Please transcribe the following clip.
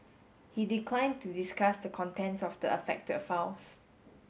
he declined to discuss the contents of the affected files